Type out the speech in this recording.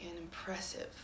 impressive